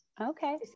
Okay